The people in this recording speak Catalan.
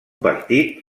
partit